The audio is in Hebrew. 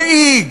מדאיג,